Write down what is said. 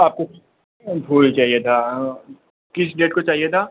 आपको फूल चाहिए था किस डेट को चाहिए था